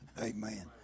Amen